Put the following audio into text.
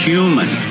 Human